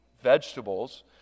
vegetables